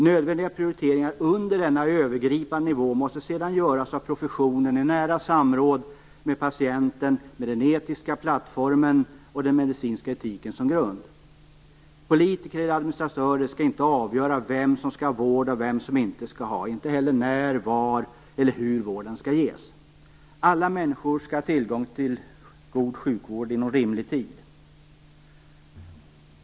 Nödvändiga prioriteringar under denna övergripande nivå måste sedan göras av professionen i nära samråd med patienten, med den etiska plattformen och den medicinska etiken som grund. Politiker eller administratörer skall inte avgöra vem som skall ha vård och vem som inte skall ha vård och inte heller när, var eller hur vården skall ges. Alla människor skall ha tillgång till en god sjukvård inom rimlig tid.